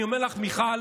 אני אומר לך, מיכל,